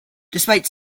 despite